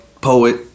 Poet